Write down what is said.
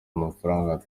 amafaranga